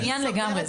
לעניין לגמרי.